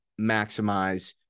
maximize